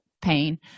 pain